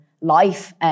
life